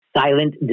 silent